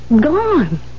gone